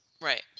Right